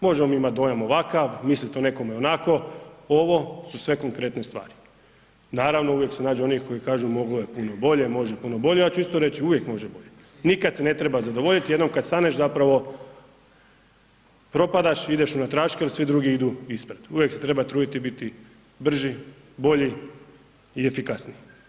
Možemo mi imat dojam ovakav, mislit o nekome onako, ovo su sve konkretne stvari, naravno uvijek se nađe onih koji kažu moglo je puno bolje, može puno bolje, ja ću isto reći uvijek može bolje, nikad se ne treba zadovoljiti, jednom kad staneš zapravo propadaš, ideš unatraške jel svi drugi idu ispred, uvijek se treba truditi i biti brži, bolji i efikasniji.